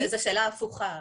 זאת שאלה הפוכה.